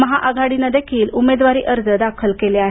महाआघाडीनंदेखील उमेदवारी अर्ज दाखल केले आहेत